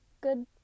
good